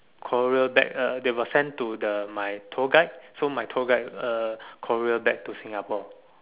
courier back uh they will send to the my tour guide so my tour guide uh courier back to Singapore